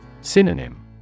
Synonym